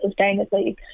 sustainably